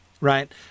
right